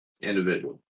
Individual